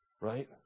Right